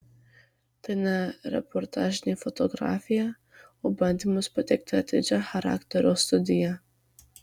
tai ne reportažinė fotografija o bandymas pateikti atidžią charakterio studiją